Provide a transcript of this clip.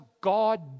God